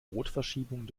rotverschiebung